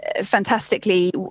Fantastically